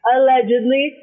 Allegedly